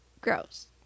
Gross